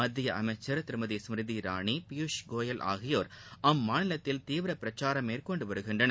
மத்திய அமைச்சர் திருமதி ஸ்மிதி ராணி பியூஷ் கோயல் ஆகியோர் அம்மாநிலத்தில் தீவிர பிரச்சாரம் மேற்கொண்டு வருகின்றனர்